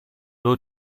był